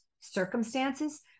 circumstances